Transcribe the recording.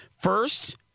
First